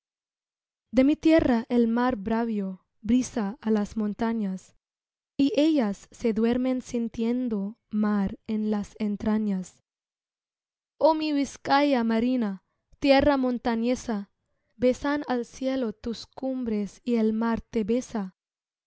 de mi tierra el mar bravio briza á las montañas y ellas se duermen sintiendo mar en las entrañas i oh mi vizcaya marina tierra montañesa besan al cielo tus cumbres y el mar te besa